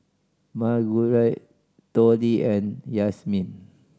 Margurite Tollie and Yazmin